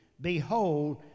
behold